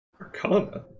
Arcana